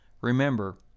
Remember